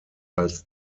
als